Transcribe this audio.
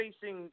facing